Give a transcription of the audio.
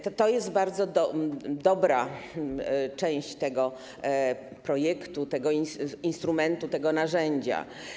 To jest bardzo dobra część tego projektu, tego instrumentu, tego narzędzia.